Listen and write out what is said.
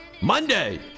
Monday